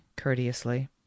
courteously